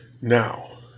now